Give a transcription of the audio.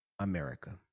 america